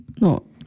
No